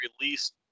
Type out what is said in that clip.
released